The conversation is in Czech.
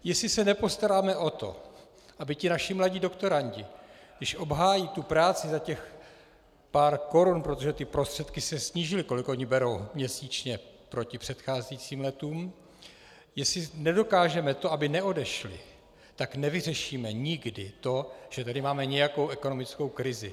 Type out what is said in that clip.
Jestli se nepostaráme o to, aby naši mladí doktorandi, když obhájí tu práci za těch pár korun, protože ty prostředky se snížily, kolik oni berou měsíčně proti předcházejícím letům, jestli nedokážeme to, aby neodešli, tak nevyřešíme nikdy to, že tady máme nějakou ekonomickou krizi.